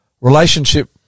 relationship